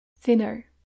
Thinner